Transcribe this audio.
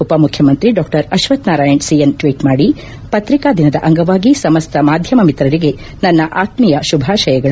ಉಪ ಮುಖ್ಯಮಂತ್ರಿ ಅಶ್ವಥನಾರಾಯಣ ಟ್ವೀಟ್ ಮಾಡಿ ಪತ್ರಿಕಾ ದಿನದ ಅಂಗವಾಗಿ ಸಮಸ್ತ ಮಾಧ್ಯಮ ಮಿತ್ರರಿಗೆ ನನ್ನ ಆತ್ನೀಯ ಶುಭಾಶಯಗಳು